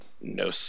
No